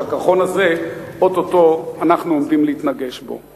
והקרחון הזה או-טו-טו אנחנו עומדים להתנגש בו,